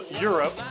europe